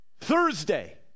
Thursday